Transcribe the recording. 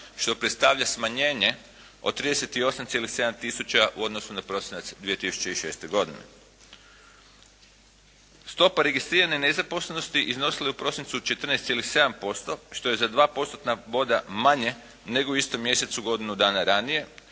što predstavlja smanjenje od 38,7 tisuća u odnosu na prosinac 2006. godine. Stopa registrirane nezaposlenosti iznosila je u prosincu 14,7% što je za 2 postotna boda manje nego u istom mjesecu godinu dana ranije